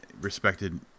respected